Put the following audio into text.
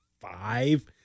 five